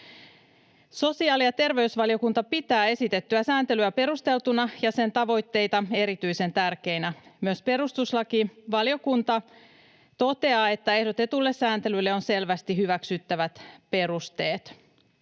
Sosiaali‑ ja terveysvaliokunta pitää esitettyä sääntelyä perusteltuna ja sen tavoitteita erityisen tärkeinä. Myös perustuslakivaliokunta toteaa, että ehdotetulle sääntelylle on selvästi hyväksyttävät perusteet.